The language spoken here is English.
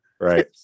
right